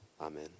Amen